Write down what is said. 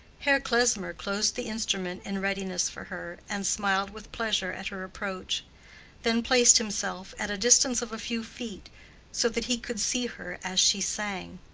herr klesmer closed the instrument in readiness for her, and smiled with pleasure at her approach then placed himself at a distance of a few feet so that he could see her as she sang.